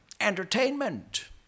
entertainment